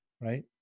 right